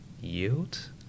yield